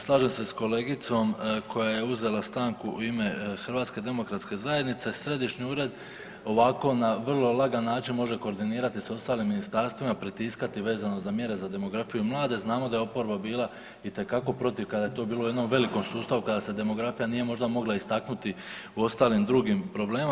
Slažem se s kolegicom koja je uzela stanku u ime HDZ-a, središnji ured, ovako na vrlo lagan način može koordinirati s ostalim ministarstvima, pritiskati vezano za mjere, za demografiju, mlade, znamo da je oporba bila itekako protiv kad je to bilo u jednom velikom sustavu, kada se demografija nije možda mogla istaknuti u ostalim drugim problemima.